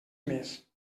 més